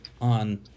on